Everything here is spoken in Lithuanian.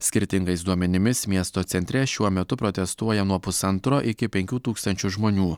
skirtingais duomenimis miesto centre šiuo metu protestuoja nuo pusantro iki penkių tūkstančių žmonių